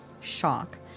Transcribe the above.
shock